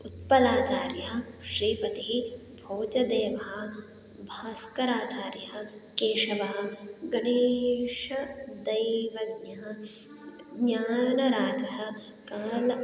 उत्पलाचार्यः श्रीपतिः भोजदेवः भास्कराचार्यः केशवः गणेशदैवज्ञः ज्ञानराजः कालः